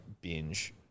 binge